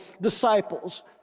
disciples